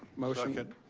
motion. second.